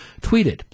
tweeted